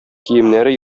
киемнәре